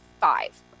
five